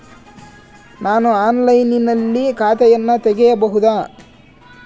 ನಾನು ಆನ್ಲೈನಿನಲ್ಲಿ ಖಾತೆಯನ್ನ ತೆಗೆಯಬಹುದಾ?